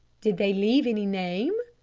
did they leave any name?